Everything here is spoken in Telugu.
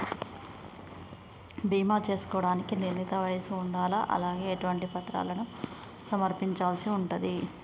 బీమా చేసుకోవడానికి నిర్ణీత వయస్సు ఉండాలా? అలాగే ఎటువంటి పత్రాలను సమర్పించాల్సి ఉంటది?